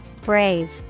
Brave